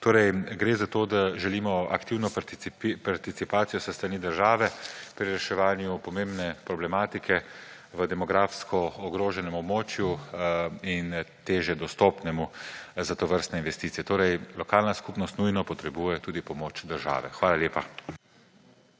Torej, gre za to, da želimo aktivno participacijo s strani države pri reševanju pomembne problematike v demografsko ogroženem območju in težje dostopnemu za tovrstne investicije. Torej, lokalna skupnost nujno potrebuje tudi pomoč države. Hvala lepa.